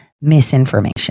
misinformation